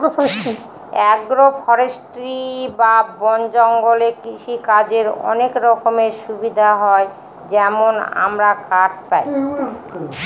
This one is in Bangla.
এগ্রো ফরেষ্ট্রী বা বন জঙ্গলে কৃষিকাজের অনেক রকমের সুবিধা হয় যেমন আমরা কাঠ পায়